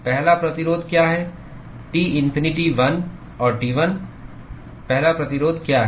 पहला प्रतिरोध क्या है T इन्फिनिटी 1 और T1 पहला प्रतिरोध क्या है